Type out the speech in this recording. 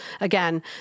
again